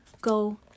go